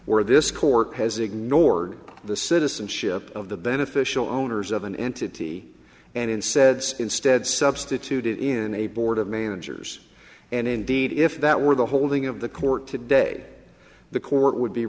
where this court has ignored the citizenship of the beneficial owners of an entity and said so instead substituted in a board of managers and indeed if that were the holding of the court today the court would be